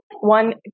one